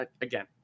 Again